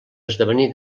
esdevenir